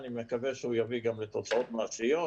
אני מקווה שהוא יביא גם לתוצאות מעשיות,